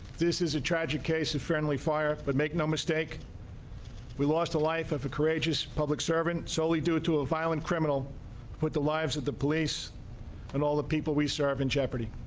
this is a tragic case of friendly fire but make no mistake we lost a life of a courageous public servant solely due to a violent criminal put the lives of the police and all the people we serve in jeopardy.